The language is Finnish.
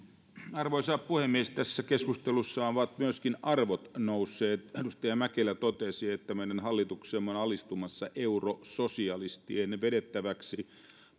arvoisa puhemies tässä keskustelussa ovat myöskin arvot nousseet esille edustaja mäkelä totesi että meidän hallituksemme on alistumassa eurososialistien vedettäväksi